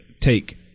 take